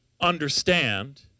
understand